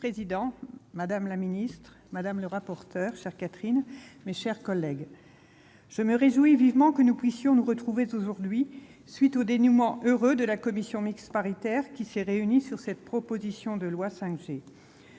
Monsieur le président, madame la secrétaire d'État, mes chers collègues, je me réjouis vivement que nous puissions nous retrouver aujourd'hui, à la suite du dénouement heureux de la commission mixte paritaire qui s'est réunie sur cette proposition de loi 5G.